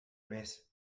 més